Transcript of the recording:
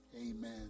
Amen